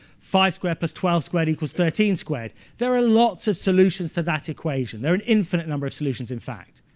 five squared plus twelve squared equals thirteen squared. there are lots of solutions to that equation. there are an infinite number of solutions, in fact.